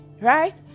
right